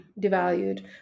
devalued